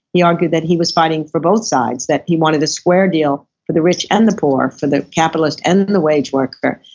argued that he was fighting for both sides. that he wanted a square deal for the rich and the poor, for the capitalist and and the wage worker.